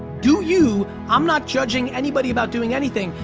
do you, i'm not judging anybody about doing anything,